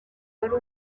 wari